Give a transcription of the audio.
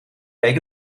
week